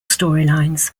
storylines